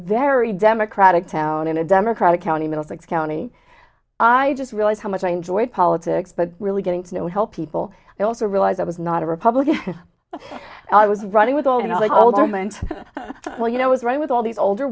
very democratic town in a democratic county middlesex county i just realized how much i enjoyed politics but really getting to know help people and also realize i was not a republican i was running with all the old woman well you know was right with all these older